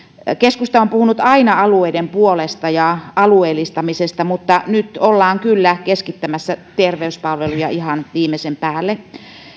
keskusta on puhunut aina alueiden puolesta ja alueellistamisesta mutta nyt ollaan kyllä keskittämässä terveyspalveluja ihan viimeisen päälle